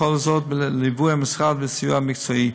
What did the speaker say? וכל זאת בליווי המשרד וסיוע מקצועי.